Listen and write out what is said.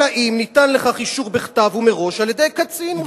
אלא אם כן ניתן לכך אישור בכתב ומראש על-ידי קצין מוסמך".